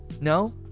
no